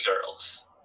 girls